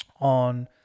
On